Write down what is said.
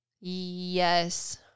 yes